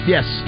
Yes